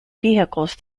vehicles